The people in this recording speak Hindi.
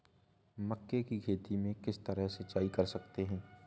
मक्के की खेती में किस तरह सिंचाई कर सकते हैं?